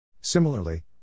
Similarly